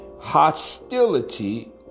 hostility